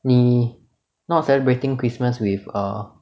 你 not celebrating christmas with err